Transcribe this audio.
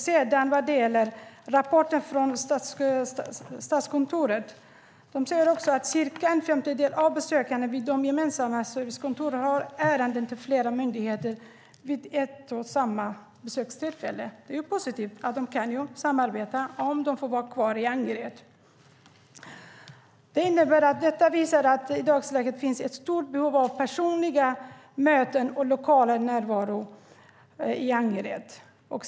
Vad gäller rapporten från Statskontoret säger man att cirka en femtedel av besökarna vid de gemensamma servicekontoren har ärenden till flera myndigheter vid ett och samma besökstillfälle. Det är positivt att de kan samarbeta om de kan få vara kvar i Angered. Detta visar att det i dagsläget finns ett stort behov av personliga möten och lokal närvaro i Angered.